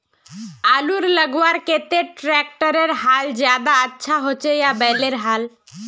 आलूर लगवार केते ट्रैक्टरेर हाल ज्यादा अच्छा होचे या बैलेर हाल?